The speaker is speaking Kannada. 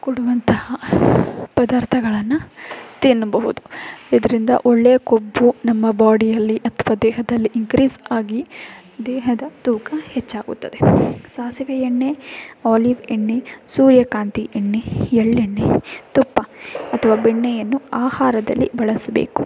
ಕೊಡುವಂತಹ ಪದಾರ್ಥಗಳನ್ನು ತಿನ್ನಬಹುದು ಇದರಿಂದ ಒಳ್ಳೆಯ ಕೊಬ್ಬು ನಮ್ಮ ಬಾಡಿಯಲ್ಲಿ ಅಥವಾ ದೇಹದಲ್ಲಿ ಇನ್ಕ್ರೀಸ್ ಆಗಿ ದೇಹದ ತೂಕ ಹೆಚ್ಚಾಗುತ್ತದೆ ಸಾಸಿವೆ ಎಣ್ಣೆ ಆಲಿವ್ ಎಣ್ಣೆ ಸೂರ್ಯಕಾಂತಿ ಎಣ್ಣೆ ಎಳ್ಳೆಣ್ಣೆ ತುಪ್ಪ ಅಥವಾ ಬೆಣ್ಣೆಯನ್ನು ಆಹಾರದಲ್ಲಿ ಬಳಸಬೇಕು